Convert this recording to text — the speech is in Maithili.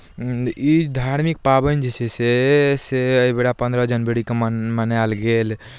ई धार्मिक पाबनि जे छै से से एहि बेर पन्द्रह जनवरीकेँ मन मनायल गेल